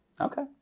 Okay